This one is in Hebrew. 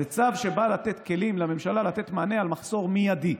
זה צו שבא לתת כלים לממשלה לתת מענה על מחסור מיידי.